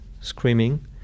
screaming